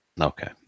Okay